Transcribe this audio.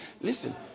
Listen